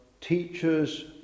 teachers